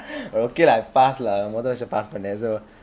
okay lah I pass lah முதல் வர்ஷம்:muthal varsham pass பண்ணேன்:pannen so